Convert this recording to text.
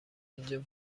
اینجا